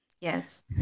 Yes